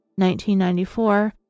1994